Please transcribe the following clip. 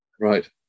Right